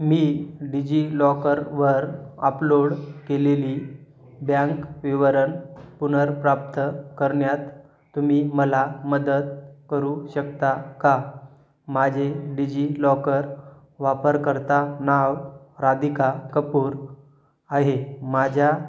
मी डिजि लॉकरवर अपलोड केलेली बँक विवरण पुनर्प्राप्त करण्यात तुम्ही मला मदत करू शकता का माझे डिजिलॉकर वापरकर्ता नाव राधिका कपूर आहे माझ्या